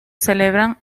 celebran